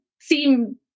seem